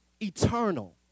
eternal